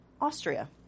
Austria